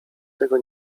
tego